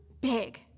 big